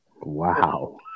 Wow